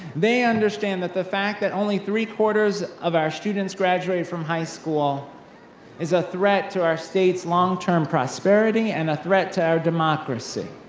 they understand that the fact that only three quarters of our students graduated from high school is a threat to our state's long term prosperity, and a threat to our democracy.